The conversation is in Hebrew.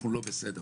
אנחנו לא בסדר.